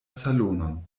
salonon